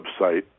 website